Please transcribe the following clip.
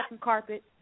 carpet